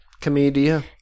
Comedia